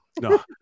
No